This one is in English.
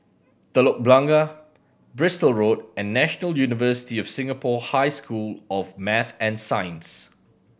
Telok Blangah Bristol Road and National University of Singapore High School of Math and Science